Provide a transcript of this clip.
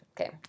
Okay